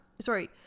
sorry